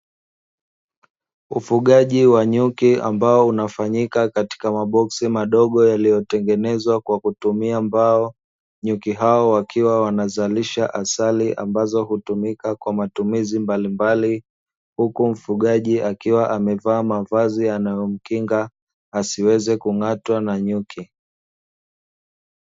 Ufugaji wa nyuki ambao unafanyika katika maboksi madogo yaliyotengenezwa kwa kutumia mbao. Nyuki hao wakiwa wanazalisha asali ambazo hutumika kwa matumizi mbalimbali, huku mfugaji akiwa amevaa mavazi yanayomkinga asiweze kung’atwa na nyuki.